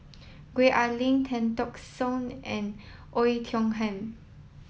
Gwee Ah Leng Tan Teck Soon and Oei Tiong Ham